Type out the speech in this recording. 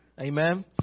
Amen